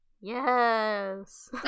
Yes